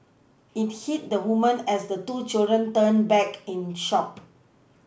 it hit the woman as the two children turned back in shock